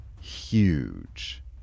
huge